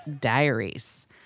Diaries